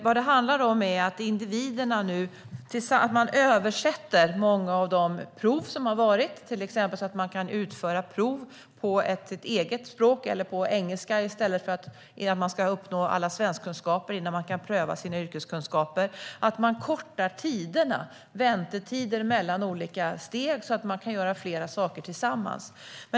Vad det handlar om är att man nu översätter många av de prov som har varit, så att man till exempel kan utföra prov på sitt eget språk eller på engelska, innan man uppnår tillräckliga kunskaper i svenska och innan man kan pröva sina yrkeskunskaper. Man kortar väntetiderna mellan olika steg, så att man kan göra flera saker tillsammans.